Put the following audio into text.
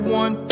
one